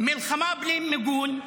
מלחמה בלי מיגון,